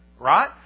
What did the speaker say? Right